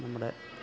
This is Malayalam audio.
നമ്മുടെ